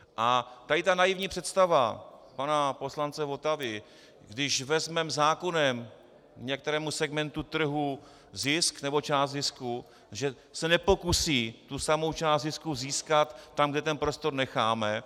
A tady ta naivní představa pana poslance Votavy, když vezmeme zákonem některému segmentu trhu zisk nebo část zisku, že se nepokusí tu samou část zisku získat tam, kde ten prostor necháme.